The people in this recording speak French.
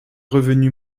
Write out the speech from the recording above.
revenu